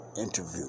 interview